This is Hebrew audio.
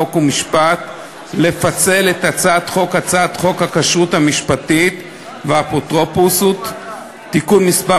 חוק ומשפט לפצל את הצעת חוק הכשרות המשפטית והאפוטרופסות (תיקון מס'